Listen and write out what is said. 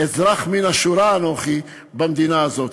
אזרח מן השורה אנוכי במדינה הזאת.